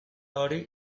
hori